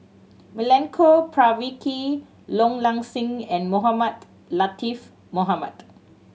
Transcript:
Milenko Prvacki Low Ing Sing and Mohamed Latiff Mohamed